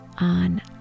on